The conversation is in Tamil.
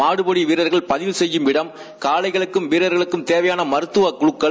மாடுபிடி வீரர்கள் பதிவு செய்யும் இடம் காளைகளுக்கும் வீரர்களுக்கும் தேவையான மருத்தவ குழுக்கள்